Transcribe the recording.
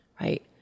right